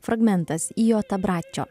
fragmentas iotabraičijo